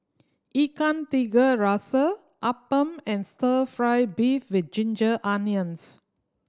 Ikan Tiga Rasa appam and Stir Fry beef with ginger onions